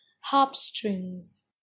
harp-strings